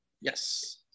Yes